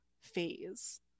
phase